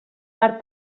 per